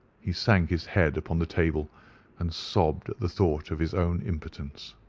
he sank his head upon the table and sobbed at the thought of his own impotence.